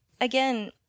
again